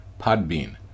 Podbean